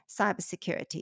cybersecurity